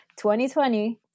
2020